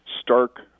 Stark